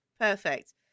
perfect